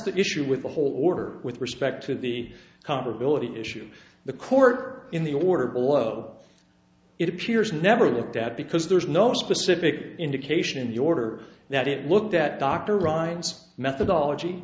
the issue with the whole order with respect to the comparability issue the court in the order below it appears never looked at because there's no specific indication in the order that it looked at dr ryan's methodology